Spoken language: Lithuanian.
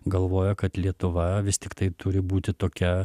galvojo kad lietuva vis tiktai turi būti tokia